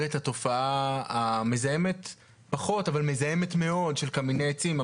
את התופעה המזהמת פחות אבל מזהמת מאוד של קמיני עצים.